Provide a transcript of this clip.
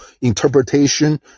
interpretation